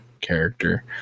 character